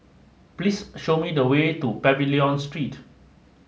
please show me the way to Pavilion Street